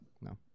No